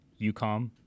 UCOM